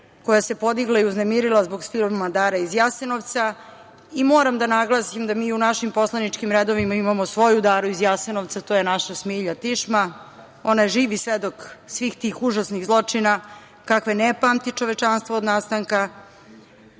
koja se podigla i uznemirila zbog filma „Dara iz Jasenovca“ i moram da naglasim da mi u našim poslaničkim redovima imamo svoju Daru iz Jasenovca, to je naša Smilja Tišma. Ona je živi svedok svih tih užasnih zločina kakve ne pamti čovečanstvo od nastanka.